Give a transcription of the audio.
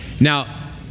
Now